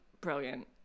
Brilliant